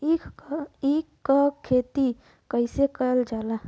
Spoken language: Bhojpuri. ईख क खेती कइसे कइल जाला?